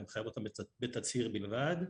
לחייב אותם בתצהיר בלבד,